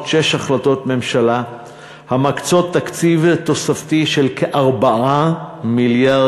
שש החלטות ממשלה המקצות תקציב תוספתי של כ-4 מיליארד